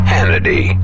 Hannity